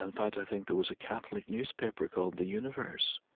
and fact, i think there was a catholic newspaper called the universe.